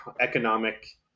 economic